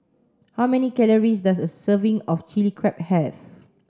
how many calories does a serving of Chilli Crab have